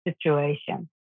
situation